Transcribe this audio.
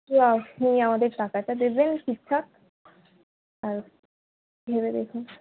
শুধু আপনি আমাদের টাকাটা দেবেন ঠিকঠাক আর ভেবে দেখুন